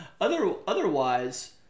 Otherwise